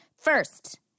first